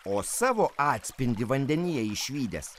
o savo atspindį vandenyje išvydęs